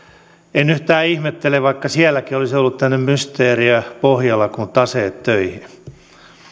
en yhtään ihmettele vaikka sielläkin olisi ollut tämmöinen mysteerio pohjalla kuin taseet töihin